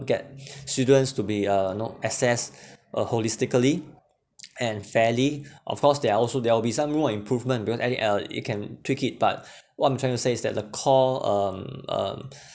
get students to be uh know access uh holistically and fairly of course there are also there will be some more improvement because anything else you can tweak it but what I'm trying to say is that the core um um